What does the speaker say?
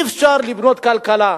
אי-אפשר לבנות כלכלה.